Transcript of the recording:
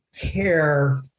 CARE